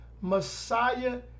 messiah